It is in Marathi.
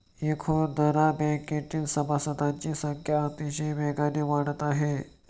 इखुदरा बँकेतील सभासदांची संख्या अतिशय वेगाने वाढत आहे